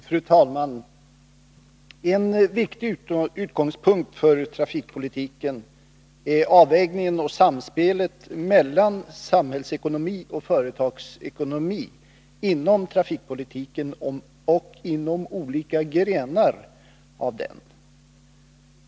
Fru talman! Viktigt för trafikpolitiken är avvägningen och samspelet mellan samhällsekonomi och företagsekonomi inom trafikpolitiken och inom olika grenar av den.